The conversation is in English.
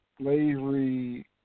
slavery